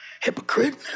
hypocrite